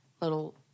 little